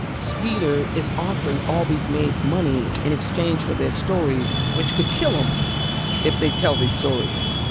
skeeter is offering all these maids money in exchange for their stories which could kill them if they tell these stories.